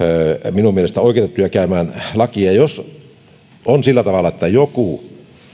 minun mielestäni oikeutettuja käymään oikeutta ja jos on sillä tavalla että joku